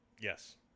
Yes